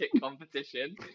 competition